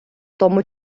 тому